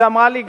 שאמרה לי,